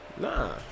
Nah